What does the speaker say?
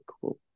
cool